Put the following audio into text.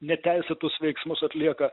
neteisėtus veiksmus atlieka